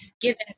given